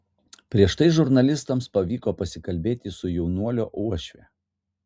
prieš tai žurnalistams pavyko pasikalbėti su jaunuolio uošve